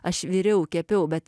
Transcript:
aš viriau kepiau bet